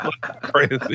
Crazy